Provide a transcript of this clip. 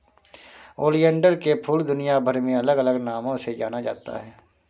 oleander के फूल दुनियाभर में अलग अलग नामों से जाना जाता है